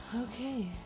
Okay